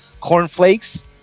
cornflakes